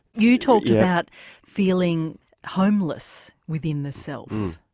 you talk about feeling homeless within the self,